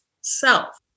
self